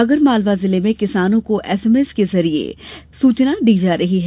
आगरमालवा में किसानों को एसएमएस के जरिये सूचना दी जा रही है